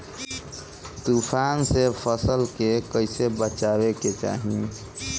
तुफान से फसल के कइसे बचावे के चाहीं?